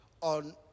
on